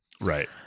right